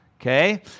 Okay